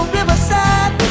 Riverside